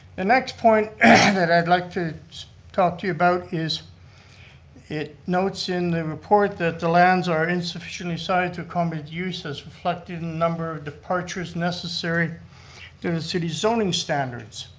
the next point that i'd like to talk to you about is it notes in the report that the lands are insufficiently sized to accommodate use as reflected in a number of departures necessary to the city's zoning standards.